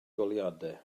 goleuadau